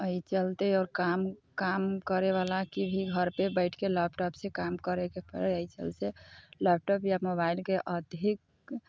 एहि चलते आओर काम काम करैवला के भी घरपर बैठिके लैपटॉपसँ काम करैके पड़ै छल एहिसँ लैपटॉप या मोबाइलके अधिक